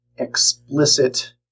explicit